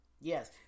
Yes